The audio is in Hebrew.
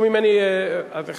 אה, סליחה.